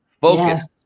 focus